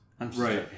Right